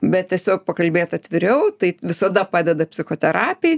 bet tiesiog pakalbėt atviriau tai visada padeda psichoterapijai